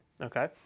okay